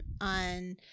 on